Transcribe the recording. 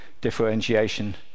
differentiation